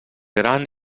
gran